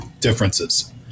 differences